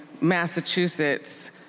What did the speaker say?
Massachusetts